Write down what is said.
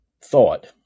thought